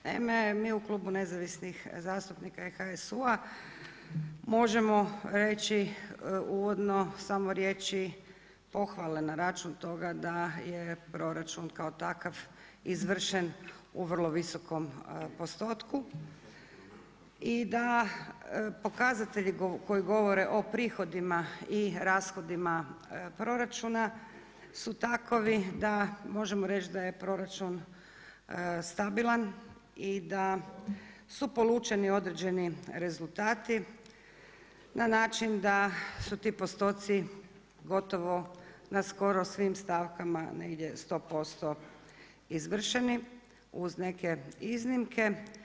Naime, mi u Klubu nezavisnih zastupnika i HSU-a možemo reći uvodno samo riječi pohvale na račun toga da je proračun kao takav izvršen u vrlo visokom postotku i da pokazatelji koji govore o prihodima i rashodima proračuna su takvi da možemo reći da je proračun stabilan i da su polučeni određeni rezultati na način da su postotci gotovo na skoro svim stavkama negdje 100% izvršeni uz neke iznimke.